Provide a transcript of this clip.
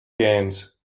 games